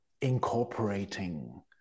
incorporating